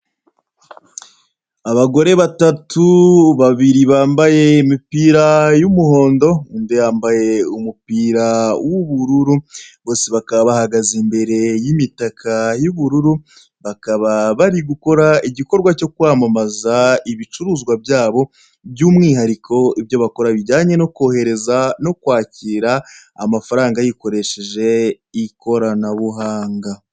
Abagore batatu, babiri bambaye imipira y'umuhondo, undi yambaye umupira w'ubururu, bose bakaba bahagaze imbere y'imitaka y'ubururu, bakaba bari gukora igikorwa cyo kwamamaza ibicuruzwa byabo, by'umwihariko ibyo bakora bijyanye no kohereza no kwakira amafaranga yikoresheje ikoranabuhanga.